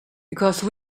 because